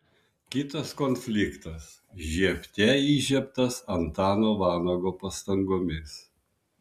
kitas konfliktas žiebte įžiebtas antano vanago pastangomis